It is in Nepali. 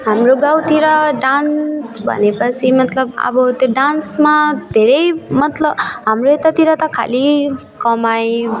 हाम्रो गाउँतिर डान्स भने पछि मतलब अब त्यो डान्समा धेरै मतलब हाम्रो यतातिर त खालि कमाइ